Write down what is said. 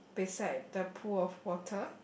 beside the pool of water